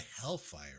hellfire